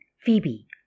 Phoebe